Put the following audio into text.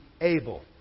able